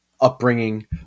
upbringing